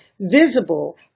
visible